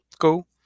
cool